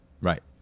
Right